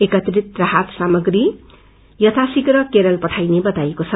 एकत्रित राहत सामग्री यथा शीघ्र केरल पठाइने वताइएको छ